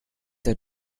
der